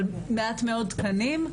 אבל מעט מאוד תקנים.